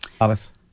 alice